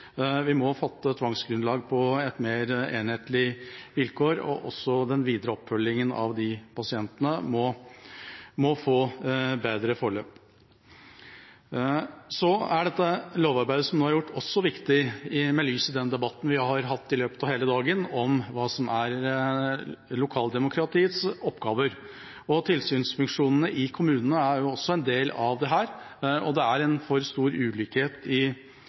Vi må fatte tvangsgrunnlag på et mer enhetlig vilkår, og den videre oppfølgingen av de pasientene må få bedre forløp. Det lovarbeidet som nå er gjort, er også viktig i lys av den debatten vi har hatt i hele dag, om hva som er lokaldemokratiets oppgaver. Tilsynsfunksjonene i kommunene er også en del av dette, og det er en for stor ulikhet i